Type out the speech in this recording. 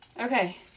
Okay